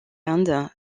end